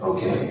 Okay